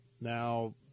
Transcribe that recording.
Now